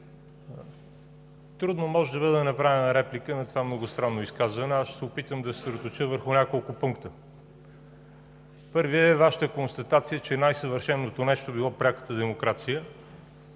трудно може да бъде направена реплика на това многостранно изказване – аз ще се опитам да се съсредоточа върху няколко пункта. Първият е Вашата констатация, че най-съвършеното нещо било пряката демокрация.